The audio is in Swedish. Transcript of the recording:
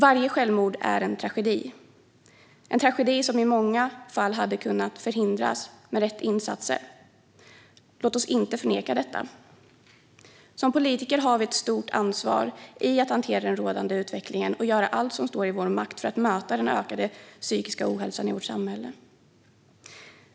Varje självmord är en tragedi, en tragedi som i många fall hade kunnat förhindras med rätt insatser. Låt oss inte förneka det. Som politiker har vi ett stort ansvar att hantera den rådande utvecklingen och att göra allt som står i vår makt för att möta den ökade psykiska ohälsan i vårt samhälle.